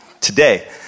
Today